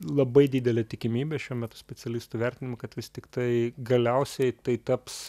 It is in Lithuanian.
labai didelė tikimybė šiuo metu specialistų vertinimu kad vis tiktai galiausiai tai taps